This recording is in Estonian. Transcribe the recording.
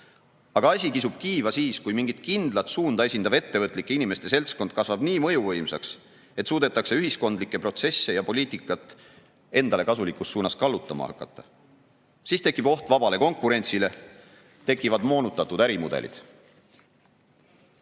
Aga asi kisub kiiva siis, kui mingit kindlat suunda esindav ettevõtlike inimeste seltskond kasvab nii mõjuvõimsaks, et suudetakse ühiskondlikke protsesse ja poliitikat endale kasulikus suunas kallutama hakata. Siis tekib oht vabale konkurentsile, tekivad moonutatud ärimudelid.